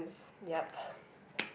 yup